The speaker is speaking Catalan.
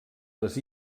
les